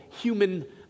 human